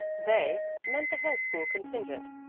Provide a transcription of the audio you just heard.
they meant the hill-school contingent,